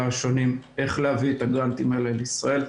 השונים איך להביא את הגרנטים האלה לישראל.